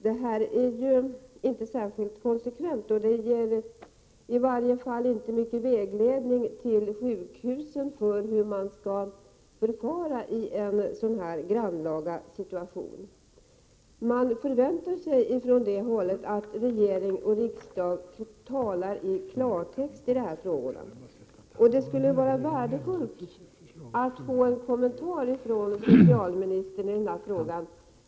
Detta är inte särskilt konsekvent och ger i varje fall inte mycket vägledning till sjukhusen om hur man skall förfara i en sådan här grannlaga situation. Från det hållet förväntar man sig att regering och riksdag talar klartext i dessa frågor. Det skulle vara värdefullt att få en kommentar från socialministern i denna fråga.